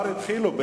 כבר התחילו,